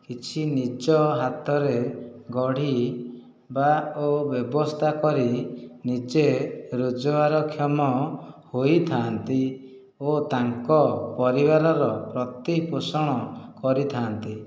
କିଛି ନିଜ ହାତରେ ଗଢ଼ି ବା ଓ ବ୍ୟବସ୍ଥା କରି ନିଜେ ରୋଜଗାରକ୍ଷମ ହୋଇଥାନ୍ତି ଓ ତାଙ୍କ ପରିବାରର ପ୍ରତିପୋଷଣ କରିଥାନ୍ତି